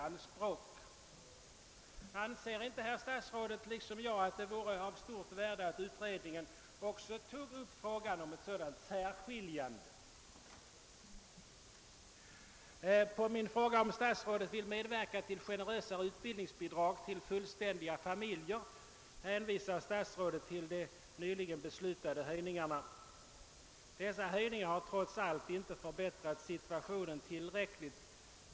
Anser inte herr statsrådet, liksom jag, att det vore av stort värde att utredningen också tog upp frågan om ett sådant särskiljande? På min fråga om statsrådet vill medverka till generösare utbildningsbidrag till fullständiga familjer hänvisar statsrådet till de nyligen beslutade höjningarna. Dessa höjningar har trots allt inte förbättrat situationen tillräckligt.